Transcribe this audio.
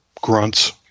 grunts